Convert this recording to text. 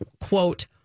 quote